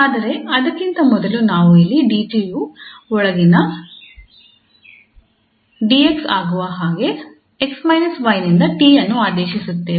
ಆದರೆ ಅದಕ್ಕಿಂತ ಮೊದಲು ನಾವು ಇಲ್ಲಿ 𝑑𝑡 ಯು ಒಳಗಿನ 𝑑𝑥 ಆಗುವ ಹಾಗೆ 𝑥 − 𝑦 ನಿಂದ 𝑡 ಅನ್ನು ಆದೇಶಿಸುತ್ತೇವೆ